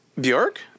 Bjork